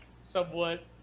somewhat